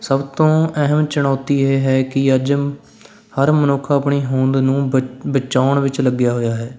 ਸਭ ਤੋਂ ਅਹਿਮ ਚੁਣੌਤੀ ਇਹ ਹੈ ਕੀ ਅੱਜ ਹਰ ਮਨੁੱਖ ਆਪਣੀ ਹੋਂਦ ਨੂੰ ਬਚ ਬਚਾਉਣ ਵਿੱਚ ਲੱਗਿਆ ਹੋਇਆ ਹੈ